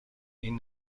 این